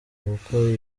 kuko